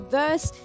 verse